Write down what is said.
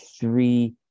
three